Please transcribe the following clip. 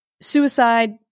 suicide